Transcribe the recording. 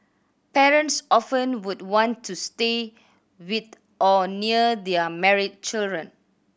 parents often would want to stay with or near their married children